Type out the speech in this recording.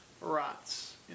rots